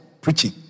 preaching